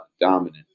dominant